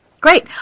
Great